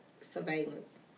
surveillance